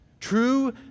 True